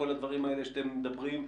כל הדברים האלה שאתם מדברים עליהם,